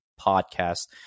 podcast